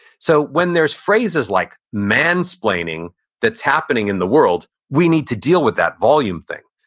so when there's phrases like mansplaining that's happening in the world, we need to deal with that volume thing.